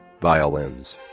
Violins